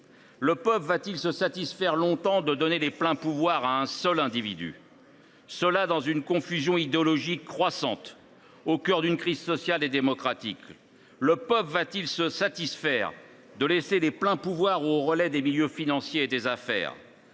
Le peuple va t il se satisfaire longtemps de donner les pleins pouvoirs à un seul individu, et ce dans une confusion idéologique croissante et au cœur d’une crise sociale et démocratique ? Le peuple va t il se satisfaire de laisser les pleins pouvoirs aux milieux financiers et des affaires ?